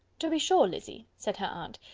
to be sure, lizzy, said her aunt,